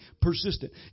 Persistent